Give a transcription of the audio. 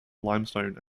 limestone